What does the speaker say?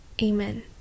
Amen